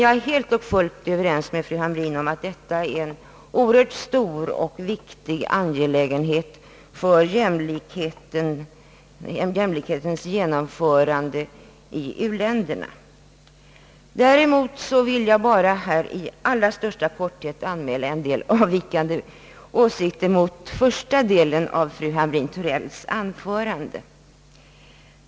Jag är helt och fullt överens med fru Hamrin-Thorell om att detta är en stor och viktig angelägenhet för jämlikhetens genomförande i u-länderna. Däremot vill jag bara här i allra största korthet anmäla en del avvikande åsikter när det gäller den första delen av fru Hamrin-Thorells anförande.